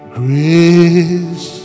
grace